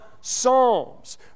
psalms